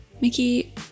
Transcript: Mickey